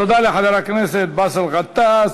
תודה לחבר הכנסת באסל גטאס.